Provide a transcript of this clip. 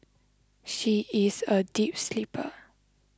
she is a deep sleeper